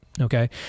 Okay